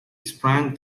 sprang